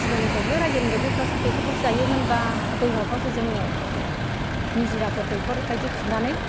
सिगांनि समावथ' राज्योनि दैखरफ्रावसो दैखरफ्रावसो लायोमोन बा दैमाफ्रावसो जोङो निजिराफोर दैखर बायदि खुरनानै